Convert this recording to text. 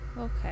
Okay